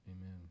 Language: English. amen